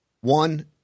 one